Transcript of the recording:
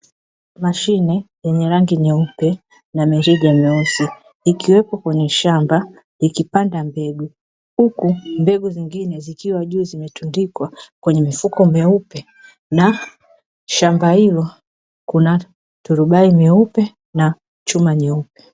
Mashine yenye rangi nyeupe na mirija meusi, ikiwepo kwenye shamba ikipanda mbegu. Huku mbegu zingine zikiwa juu zimetundikwa, kwenye mifuko meupe na shamba hilo kuna turubai nyeupe, na chuma nyeupe.